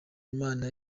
imana